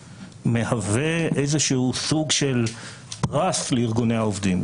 מהווה איזה שהוא סוג של פרס לארגוני העובדים.